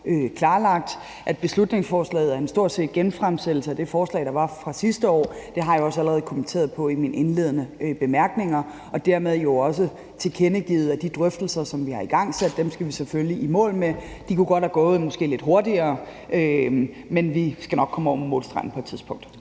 klarlagt. At beslutningsforslaget stort set er en genfremsættelse af det forslag, der var sidste år, har jeg også allerede kommenteret på i mine indledende bemærkninger, og dermed har jeg jo også tilkendegivet, at de drøftelser, som vi har igangsat, skal vi selvfølgelig i mål med. Det kunne måske godt have gået lidt hurtigere, men vi skal nok komme over målstregen på et tidspunkt.